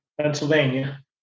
pennsylvania